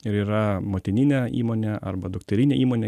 ir yra motininė įmonė arba dukterinė įmonė